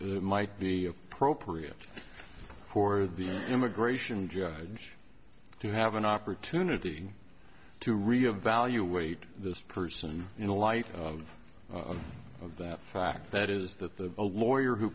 it might be appropriate for the immigration judge to have an opportunity to re evaluate this person in light of of that fact that is that the a lawyer who